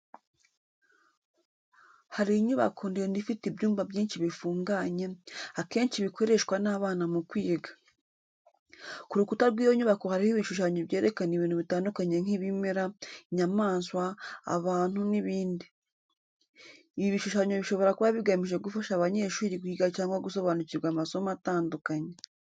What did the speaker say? Hari inyubako ndende ifite ibyumba byinshi bifunganye, akenshi bikoreshwa n'abana mu kwiga. Ku rukuta rw'iyo nyubako harimo ibishushanyo byerekana ibintu bitandukanye nk'ibimera, inyamaswa, abantu, n'ibindi. Ibi bishushanyo bishobora kuba bigamije gufasha abanyeshuri kwiga cyangwa gusobanukirwa amasomo atandukanye.